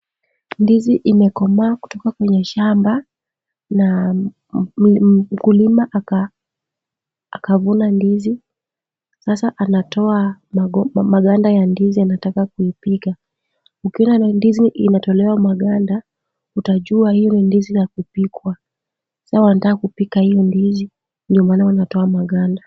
Ndizi imekomaa kutoka kwenye shamba na mkulima akavuna ndizi. Sasa anatoa maganda ya ndizi anataka kuipika. Ukiona ndizi inatolewa maganda, utajuwa hii ni ndizi ya kupikwa. Sasa wanataka kupika hio ndizi ndio maana wanatoa maganda.